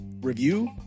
review